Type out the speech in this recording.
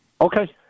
Okay